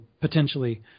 potentially